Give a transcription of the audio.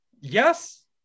Yes